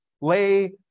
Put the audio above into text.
lay